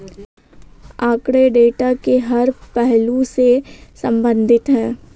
आंकड़े डेटा के हर पहलू से संबंधित है